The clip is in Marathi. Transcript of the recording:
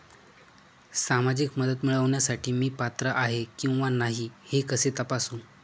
सामाजिक मदत मिळविण्यासाठी मी पात्र आहे किंवा नाही हे कसे तपासू?